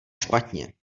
špatně